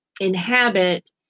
inhabit